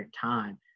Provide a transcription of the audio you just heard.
time